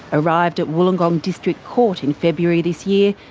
arrived at wollongong district court in february this year,